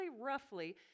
roughly